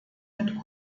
mit